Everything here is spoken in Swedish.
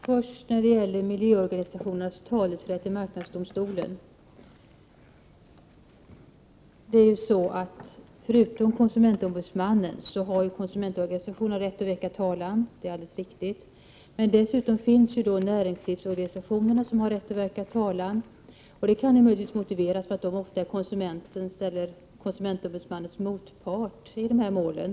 Fru talman! Först några ord om miljöorganisationernas talerätt i marknadsdomstolen. Förutom konsumentombudsmannen har konsumentorganisationer rätt att väcka talan, det är alldeles riktigt. Dessutom har näringslivsorganisationer rätt att väcka talan, och det kan möjligtvis motiveras med att de ofta är konsumentens eller konsumentombudsmannens motpart i de här målen.